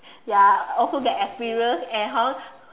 ya also get experience and hor